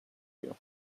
you